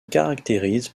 caractérise